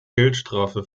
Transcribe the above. geldstrafe